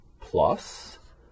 plus